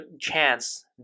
chance